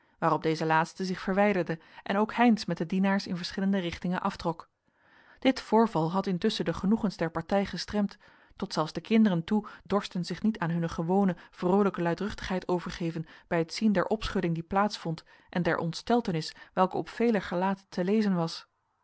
waarop deze laatste zich verwijderde en ook heynsz met de dienaars in verschillende richtingen aftrokken dit voorval had intusschen de genoegens der partij gestremd tot zelfs de kinderen toe dorsten zich niet aan hunne gewone vroolijke luidruchtigheid overgeven bij het zien der opschudding die plaats vond en der ontsteltenis welke op veler gelaat te lezen was